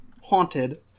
haunted